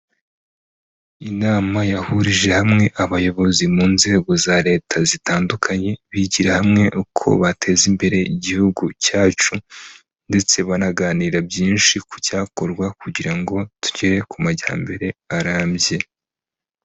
Inama yahurije hamwe abayobozi mu nzego za leta zitandukanye, bigira hamwe uko bateza imbere igihugu cyacu ndetse banaganira byinshi ku cyakorwa kugira ngo tugere ku majyambere arambye.